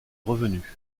revenus